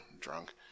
drunk